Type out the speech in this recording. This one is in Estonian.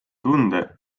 tunde